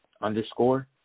underscore